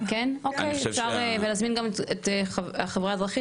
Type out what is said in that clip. ולהזמין גם את החברה האזרחית,